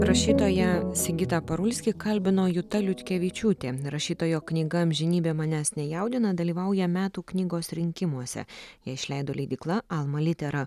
rašytoją sigitą parulskį kalbino juta liutkevičiūtė rašytojo knyga amžinybė manęs nejaudina dalyvauja metų knygos rinkimuose ją išleido leidykla alma litera